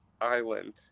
Island